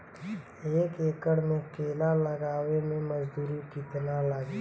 एक एकड़ में केला लगावे में मजदूरी कितना लागी?